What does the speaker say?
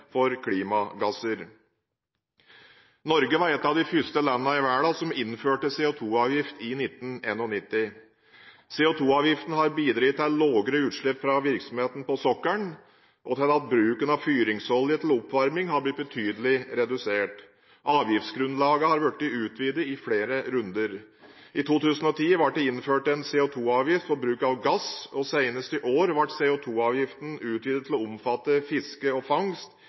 for klimagasser. Norge var ett av de første landene i verden som innførte en CO2-avgift, i 1991. CO2-avgiften har bidratt til lavere utslipp fra virksomheten på sokkelen og til at bruken av fyringsolje til oppvarming har blitt betydelig redusert. Avgiftsgunnlaget har blitt utvidet i flere runder. I 2010 ble det innført en CO2-avgift på bruk av gass, og senest i år ble CO2-avgiften utvidet til å omfatte fiske og fangst